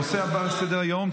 הנושא הבא על סדר-היום,